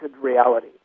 reality